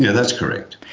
yeah that's correct.